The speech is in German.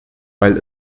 weil